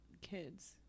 kids